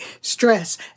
stress